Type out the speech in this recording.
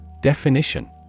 Definition